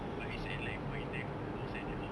but it's a like void deck right outside their house